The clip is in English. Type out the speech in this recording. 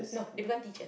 no they become teachers